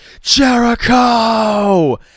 Jericho